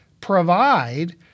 provide